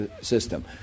system